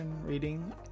reading